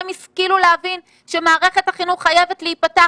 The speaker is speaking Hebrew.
הם השכילו להבין שמערכת החינוך חייבת להיפתח.